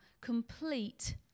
complete